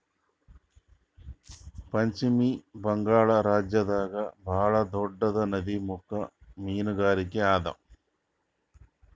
ಪಶ್ಚಿಮ ಬಂಗಾಳ್ ರಾಜ್ಯದಾಗ್ ಭಾಳ್ ದೊಡ್ಡದ್ ನದಿಮುಖ ಮೀನ್ಗಾರಿಕೆ ಅದಾ